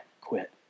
quit